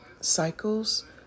cycles